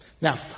Now